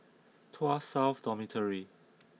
Tuas South Dormitory